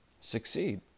succeed